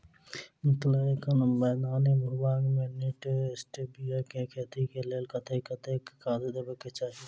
मिथिला एखन मैदानी भूभाग मे नीक स्टीबिया केँ खेती केँ लेल कतेक कतेक खाद देबाक चाहि?